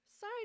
Side